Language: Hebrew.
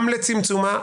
גם לצמצומה,